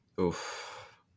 Oof